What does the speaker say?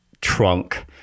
trunk